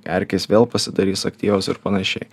erkės vėl pasidarys aktyvios ir panašiai